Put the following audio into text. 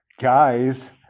guys